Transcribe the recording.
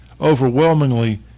overwhelmingly